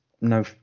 No